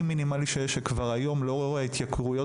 מינימלי שיש שכבר היום לא ראיתי --- במשק,